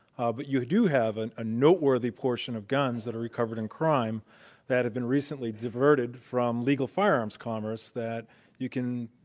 but you do have and a noteworthy portion of guns that are recovered in crime that have been recently diverted from legal firearms commerce that you can,